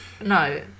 No